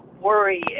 worry